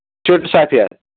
چِٹہٕ سَفید